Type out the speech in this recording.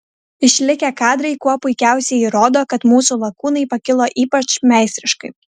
išlikę kadrai kuo puikiausiai įrodo kad mūsų lakūnai pakilo ypač meistriškai